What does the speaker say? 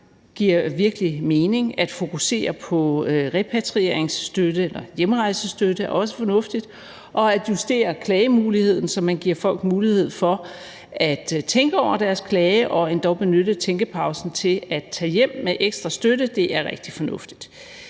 giver virkelig mening, at fokusere på repatrieringsstøtte eller hjemrejsestøtte er også fornuftigt, og at justere klagemuligheden, så man giver folk mulighed for at tænke over deres klage og endog benytte tænkepausen til at tage hjem med ekstra støtte, er rigtig fornuftigt.